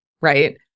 right